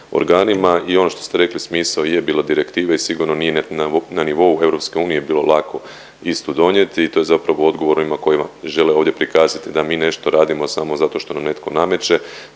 organima i ono što ste rekli smisao je bilo direktive i sigurno nije na nivou EU bilo lako istu donijeti i to je zapravo odgovor onima koji žele ovdje prikazati da mi nešto radimo samo zato što nam netko nameće.